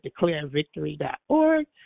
DeclareVictory.org